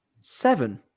seven